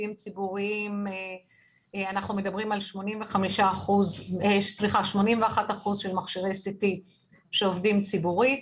הממשלתיים ציבוריים אנחנו מדברים על 81% של מכשירי CT שעובדים ציבורית,